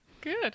Good